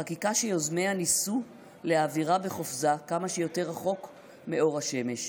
חקיקה שיוזמיה ניסו להעבירה בחופזה כמה שיותר רחוק מאור השמש.